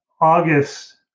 August